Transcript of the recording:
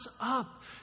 up